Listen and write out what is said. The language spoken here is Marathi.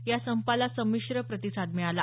या संपाला संमिश्र प्रतिसाद मिळाला